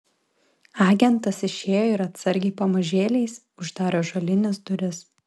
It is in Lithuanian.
agentas išėjo ir atsargiai pamažėliais uždarė ąžuolines duris